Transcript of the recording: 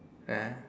ya